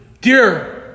Dear